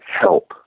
help